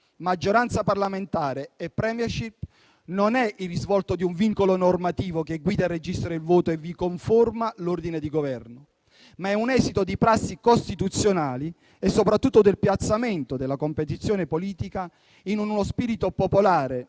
maggioranza parlamentare e *premiership*, non è il risvolto di un vincolo normativo che guida il registro e il voto e vi conforma l'ordine di governo, ma è un esito di prassi costituzionali e soprattutto del piazzamento della competizione politica in uno spirito popolare,